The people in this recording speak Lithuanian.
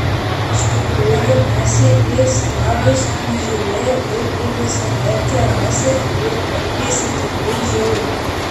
iš tikrųjų naciai į slavus nežiūrėjo kaip į visavertę rasę ir elgėsi tikrai žiauriai